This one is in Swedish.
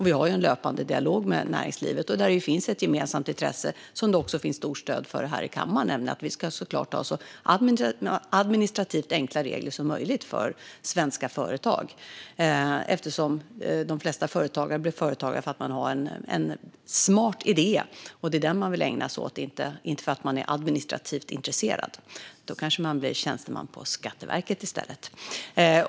Vi har också en löpande dialog med näringslivet, där det finns ett gemensamt intresse, som det också finns ett stort stöd för här i kammaren, av att vi ska ha så enkla administrativa regler som möjligt för svenska företag. De flesta företagare blir företagare därför att man har en smart idé, och det är den man vill ägna sig åt. Om man är administrativt intresserad kanske man blir tjänsteman på Skatteverket i stället.